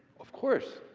of course.